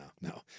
no